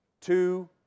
two